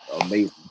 Amazing